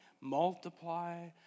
multiply